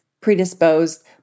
predisposed